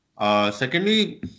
Secondly